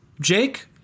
Jake